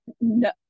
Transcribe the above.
no